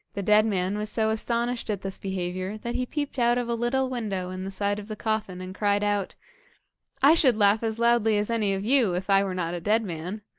the dead man was so astonished at this behaviour, that he peeped out of a little window in the side of the coffin, and cried out i should laugh as loudly as any of you, if i were not a dead man